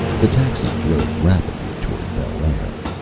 the taxi drove rapidly toward bel-air.